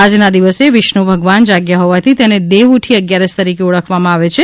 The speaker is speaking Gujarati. આજના દિવસે વિષ્ણુ ભગવાન જાગ્યા હોવાથી તેને દેવઉઠી અગિયારસ તરીકે ઓળખવામાં આવે છે